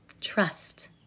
Trust